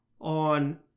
on